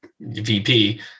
VP